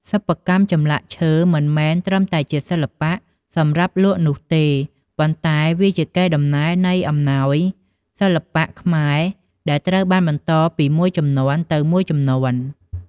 សិប្បកម្មចម្លាក់ឈើមិនមែនត្រឹមជាសិល្បៈសម្រាប់លក់នោះទេ ប៉ុន្តែវាជាកេរដំណែលនៃអំណោយសិល្បៈខ្មែរដែលត្រូវបានបន្តពីមួយជំនាន់ទៅមួយជំនាន់។